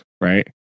right